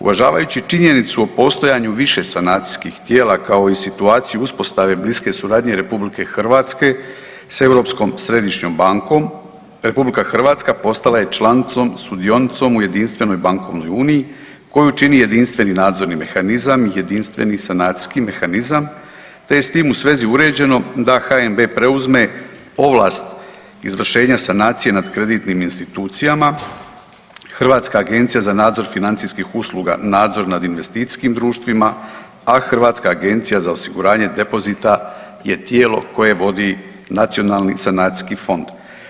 Uvažavajući činjenicu o postojanju više sanacijskih tijela kao i situaciju uspostave bliske suradnje RH sa Europskom središnjom bankom RH postala je članicom, sudionicom u jedinstvenoj bankovnoj uniji koju čini jedinstveni nadzorni mehanizam, jedinstveni sanacijski mehanizam, te je s tim u svezi uređeno da HNB preuzme ovlast izvršenja sanacije nad kreditnim institucijama, Hrvatska agencija za nadzor financijskih usluga nadzor nad investicijskim društvima, a Hrvatska agencija za osiguranje depozita je tijelo koje vodi nacionalni sanacijski fond.